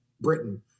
Britain